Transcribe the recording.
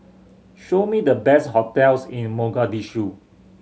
show me the best hotels in Mogadishu